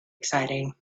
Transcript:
exciting